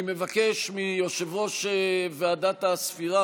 אני מבקש מיושב-ראש ועדת הספירה,